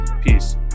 Peace